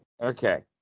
Okay